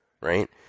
right